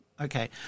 Okay